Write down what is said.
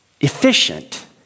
efficient